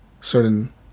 certain